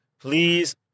please